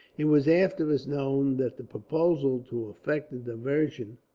it was afterwards known that the proposal, to effect a diversion